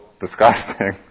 disgusting